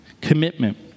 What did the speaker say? Commitment